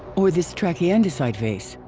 or this trachyandesite vase?